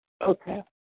Okay